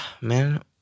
man